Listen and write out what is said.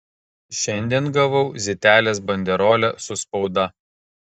šiandien gavau zitelės banderolę su spauda